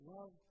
Love